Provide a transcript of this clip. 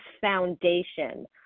foundation